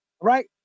right